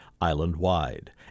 island-wide